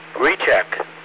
recheck